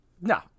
No